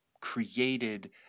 created